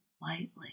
lightly